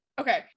okay